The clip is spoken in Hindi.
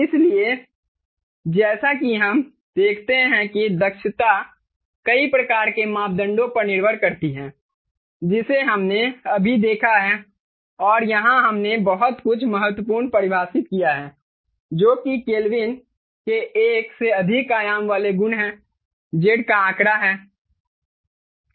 इसलिए जैसा कि हम देखते हैं कि दक्षता कई प्रकार के मापदंडों पर निर्भर करती है जिसे हमने अभी देखा है और यहाँ हमने बहुत कुछ महत्वपूर्ण परिभाषित किया है जो कि केल्विन के एक से अधिक आयाम वाले गुण Z का आंकड़ा है